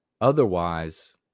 otherwise